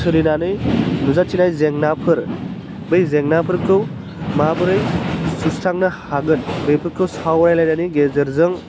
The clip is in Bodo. सोलिनानै नुथिनाय जेंनाफोर बे जेंनाफोरखौ माबोरै सुस्रांनो हागोन बेफोरखौ सावरायलायनायनि गेजेरजों